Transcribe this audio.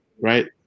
right